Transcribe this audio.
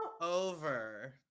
over